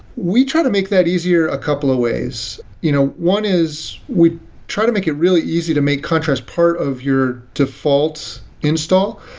we try to make that easier a couple of ways. you know one is we try to make it really easy to make contrast part of your default install.